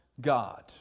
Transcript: God